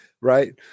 Right